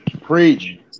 Preach